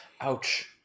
Ouch